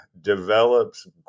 develops